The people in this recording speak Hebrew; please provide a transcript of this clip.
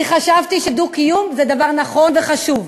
כי חשבתי שדו-קיום זה דבר נכון וחשוב.